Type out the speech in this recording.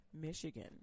Michigan